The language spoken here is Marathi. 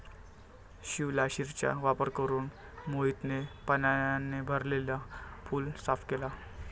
शिवलाशिरचा वापर करून मोहितने पाण्याने भरलेला पूल साफ केला